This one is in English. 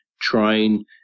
trying